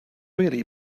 really